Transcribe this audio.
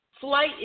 flight